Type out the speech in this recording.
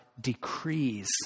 decrees